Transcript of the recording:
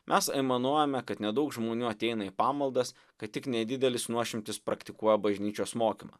mes aimanuojame kad nedaug žmonių ateina į pamaldas kad tik nedidelis nuošimtis praktikuoja bažnyčios mokymą